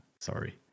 sorry